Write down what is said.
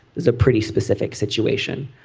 there's a pretty specific situation.